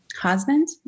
husband